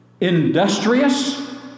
industrious